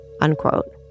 unquote